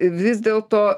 vis dėlto